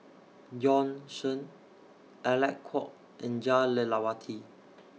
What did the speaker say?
Bjorn Shen Alec Kuok and Jah Lelawati